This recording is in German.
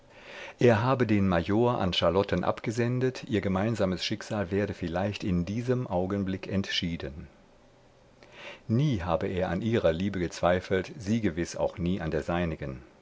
er habe den major an charlotten abgesendet ihr gemeinsames schicksal werde vielleicht in diesem augenblick entschieden nie habe er an ihrer liebe gezweifelt sie gewiß auch nie an der seinigen